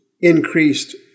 increased